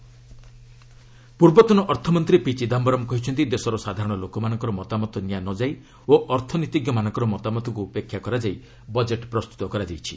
Congress budget ପୂର୍ବତନ ଅର୍ଥମନ୍ତ୍ରୀ P Chidambaram କହିଛନ୍ତି ଦେଶର ସାଧାରଣ ଲୋକମାନଙ୍କର ମତାମତ ନିଆ ନଯାଇ ଓ ଅର୍ଥନୀତିଜ୍ଞମାନଙ୍କର ମତାମତକୁ ଉପେକ୍ଷା କରାଯାଇ ବଜେଟ୍ ପ୍ରସ୍ତୁତ କରାଯାଇଛି